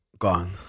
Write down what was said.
Gone